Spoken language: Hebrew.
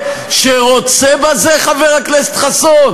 הצעת החוק הזו,